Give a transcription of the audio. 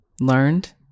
learned